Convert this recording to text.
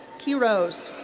quiroz.